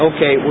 Okay